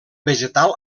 vegetal